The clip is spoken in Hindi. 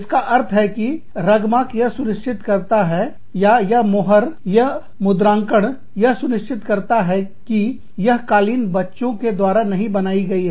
इसका अर्थ है कि रगमार्क यह सुनिश्चित करता है या यह मोहर यह मुद्राकन यह सुनिश्चित करता है कि यह कालीन बच्चों के द्वारा नहीं बनाई गई है